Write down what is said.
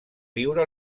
viure